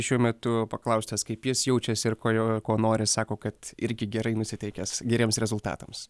šiuo metu paklaustas kaip jis jaučiasi ir kurio ko nori sako kad irgi gerai nusiteikęs geriems rezultatams